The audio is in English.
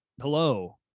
Hello